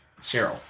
Cheryl